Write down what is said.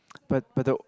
but but the